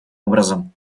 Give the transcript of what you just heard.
образом